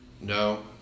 no